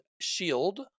shield